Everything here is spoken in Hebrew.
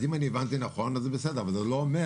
אם אני הבנתי נכון, אז זה בסדר, אבל זה לא אומר.